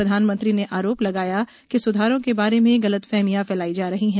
प्रधानमंत्री ने आरोप लगाया कि सुधारों के बारे में गलतफहमियां फैलाई जा रही है